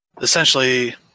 essentially